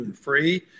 free